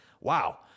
Wow